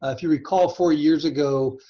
ah if you recall, four years ago,